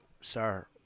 sir